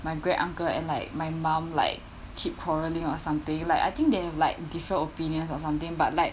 my great uncle and like my mum like keep quarrelling or something like I think they have like different opinions or something but like